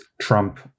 Trump